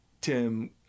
Tim